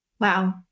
Wow